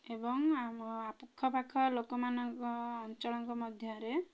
ଏବଂ ଆମ ଆଖପାଖ ଲୋକମାନଙ୍କ ଅଞ୍ଚଳଙ୍କ ମଧ୍ୟରେ